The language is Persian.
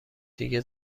دیگر